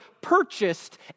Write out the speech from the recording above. purchased